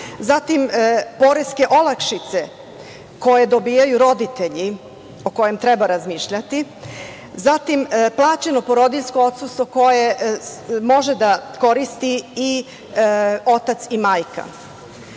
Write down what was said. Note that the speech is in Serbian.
zatim poreske olakšice koje dobijaju roditelji, o kojem treba razmišljati, zatim plaćeno porodiljsko odsustvo koje može da koristi i otac i majka.